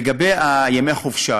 לגבי ימי החופשה,